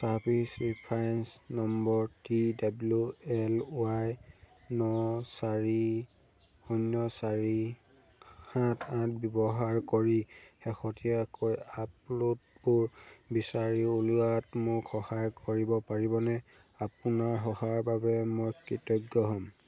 service reference number T W L Y N চাৰি শূন্য চাৰি সাত আঠ ব্যৱহাৰ কৰি শেহতীয়াকৈ আপডে'টবোৰ বিচাৰি উলিওৱাত মোক সহায় কৰিব পাৰিবনে আপোনাৰ সহায়ৰ বাবে মই কৃতজ্ঞ হ'ম